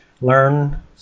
learn